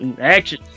action